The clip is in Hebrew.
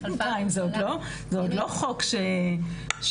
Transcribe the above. בינתיים זה עוד לא חוק שעבר.